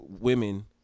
women